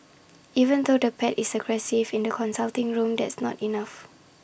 even though the pet is aggressive in the consulting room that's not enough